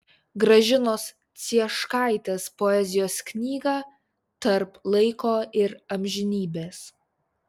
gražinos cieškaitės poezijos knygą tarp laiko ir amžinybės